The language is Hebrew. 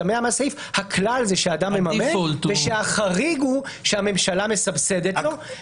הכלל הוא שהאדם מממן ושהחריג הוא שהממשלה מסבסדת לו.